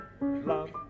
love